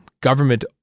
government